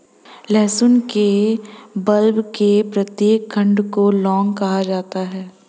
लहसुन के बल्ब के प्रत्येक खंड को लौंग कहा जाता है